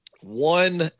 one